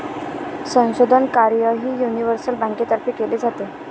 संशोधन कार्यही युनिव्हर्सल बँकेतर्फे केले जाते